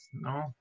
no